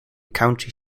county